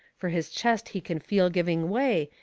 fur his chest he can feel giving way,